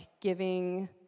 giving